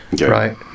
Right